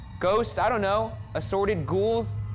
ghost, i don't know, assorted ghouls,